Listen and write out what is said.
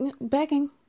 begging